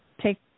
take